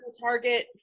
target